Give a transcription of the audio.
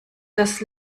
das